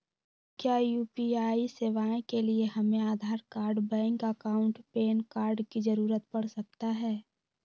क्या यू.पी.आई सेवाएं के लिए हमें Aadhaar card bank account PAN card की जरूरत पड़ सकता है?